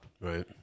right